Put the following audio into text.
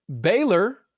Baylor